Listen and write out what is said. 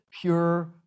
pure